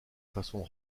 façon